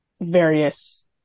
various